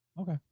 Okay